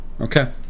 Okay